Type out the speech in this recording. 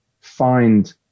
find